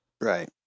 Right